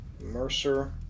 Mercer